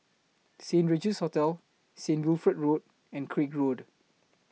Saint Regis Hotel Saint Wilfred Road and Craig Road